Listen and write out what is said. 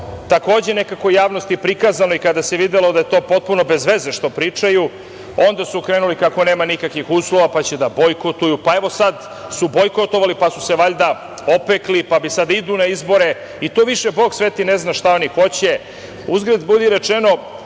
takođe nekako javnosti prikazano i kada se videlo da je to potpuno bezveze što pričaju, onda su krenuli kako nema nikakvih uslova, pa će da bojkotuju. Evo, sada su bojkotovali pa su se valjda opekli, pa bi sada da idu na izbore i to više Bog sveti ne zna šta oni hoće. Uzgred, budi rečeno,